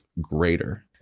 greater